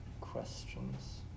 questions